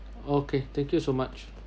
okay thank you so much